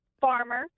farmer